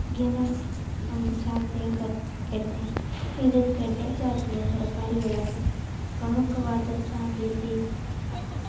ಗೆಣಸ ಒಂದು ಜಾತಿಯ ಗೆಡ್ದೆ ಇದು ಗೆಡ್ದೆ ಜಾತಿಯ ತರಕಾರಿಯೊಳಗ ಮುಖ್ಯವಾದದ್ದಾಗೇತಿ